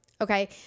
okay